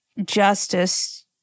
Justice